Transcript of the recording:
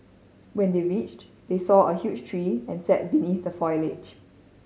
when they reached they saw a huge tree and sat beneath the foliage